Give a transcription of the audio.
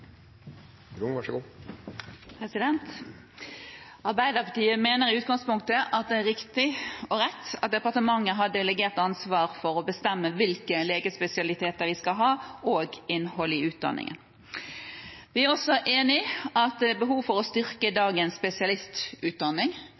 riktig og rett at departementet har delegert ansvar for å bestemme hvilke legespesialiteter vi skal ha, og innholdet i utdanningen. Vi er også enig i at det er behov for å styrke dagens spesialistutdanning.